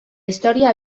història